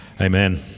Amen